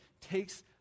takes